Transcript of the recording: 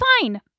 fine